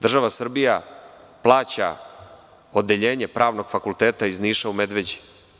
Država Srbija plaća Odeljenje Pravnog fakulteta iz Niša u Medveđi.